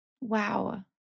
Wow